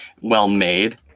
well-made